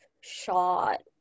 shot